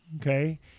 okay